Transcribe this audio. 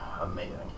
amazing